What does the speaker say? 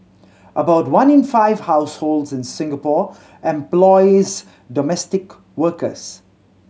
about one in five households in Singapore employs domestic workers